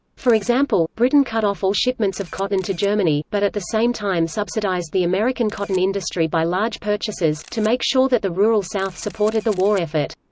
for example, britain cut off all shipments of cotton to germany, but at the same time subsidized the american cotton industry by large purchases, to make sure that the rural south supported the war effort.